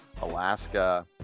Alaska